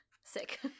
Sick